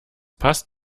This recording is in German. passt